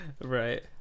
Right